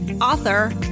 author